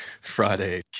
Friday